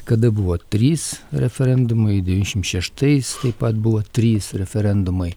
kada buvo trys referendumai devyniasdešim šeštais taip pat buvo trys referendumai